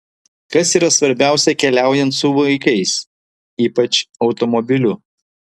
kas yra svarbiausia keliaujant su vaikais ypač automobiliu